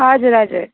हजुर हजुर